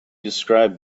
described